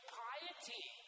piety